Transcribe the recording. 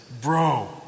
Bro